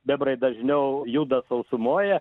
bebrai dažniau juda sausumoje